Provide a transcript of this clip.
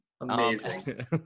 Amazing